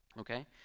okay